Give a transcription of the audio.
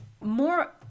More